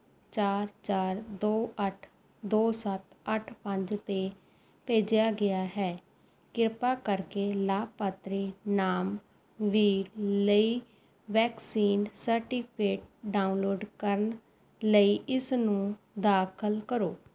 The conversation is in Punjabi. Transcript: ਚਾਰ ਚਾਰ ਦੋ ਅੱਠ ਦੋ ਸੱਤ ਅੱਠ ਪੰਜ 'ਤੇ ਭੇਜਿਆ ਗਿਆ ਹੈ ਕਿਰਪਾ ਕਰਕੇ ਲਾਭਪਾਤਰੀ ਨਾਮ ਵੀਰ ਲਈ ਵੈਕਸੀਨ ਸਰਟੀਫਿਕੇਟ ਡਾਊਨਲੋਡ ਕਰਨ ਲਈ ਇਸਨੂੰ ਦਾਖਲ ਕਰੋ